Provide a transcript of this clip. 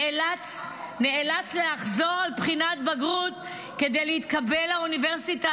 נאלץ לחזור על בחינת בגרות כדי להתקבל לאוניברסיטה,